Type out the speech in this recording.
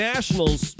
Nationals